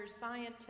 scientists